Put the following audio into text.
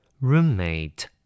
Roommate